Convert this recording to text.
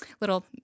little